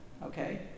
Okay